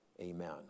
Amen